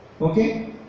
Okay